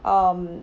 um